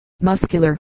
muscular